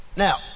Now